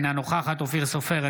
אינה נוכחת אופיר סופר,